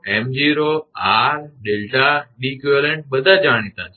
𝐺0 𝑚0 𝑟 𝛿 𝐷𝑒𝑞 બધા જાણીતા છે